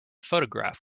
photograph